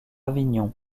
avignon